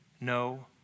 no